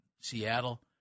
Seattle